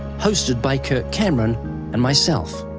hosted by kirk cameron and myself.